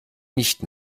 nicht